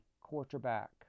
quarterback